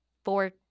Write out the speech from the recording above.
four